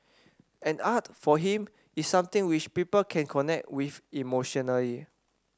and art for him is something which people can connect with emotionally